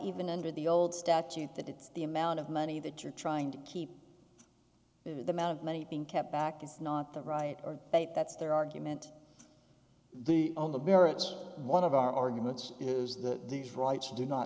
even under the old statute that it's the amount of money that you're trying to keep the mouth of many being kept back is not the right are they that's their argument the only berets one of our arguments is that these rights do not